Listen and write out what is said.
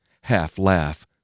half-laugh